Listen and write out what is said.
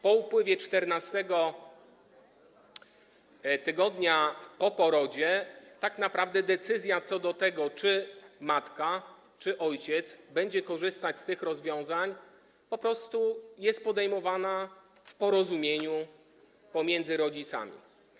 Po upływie 14. tygodnia po porodzie tak naprawdę decyzja co do tego, czy matka, czy ojciec będzie korzystać z tych rozwiązań, po prostu jest podejmowana w porozumieniu pomiędzy rodzicami.